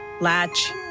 latch